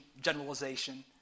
generalization